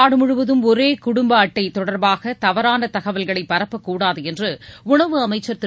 நாடு முழுவதும் ஒரே குடும்ப அட்டை தொடர்பாக தவறான தகவல்களை பரப்பக்கூடாது என்று உணவு அமைச்சர் திரு